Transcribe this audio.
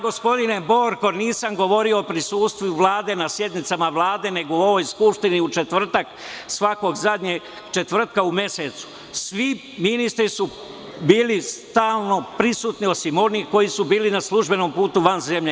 Gospodine Borko, ja nisam govorio o prisustvu Vlade na sednicama Vlade, nego u ovoj skupštini u četvrtak, svakog poslednjeg četvrtka u mesecu svi ministri su bili stalno prisutni, osim onih koji su bili na službenom putu van zemlje.